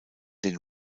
den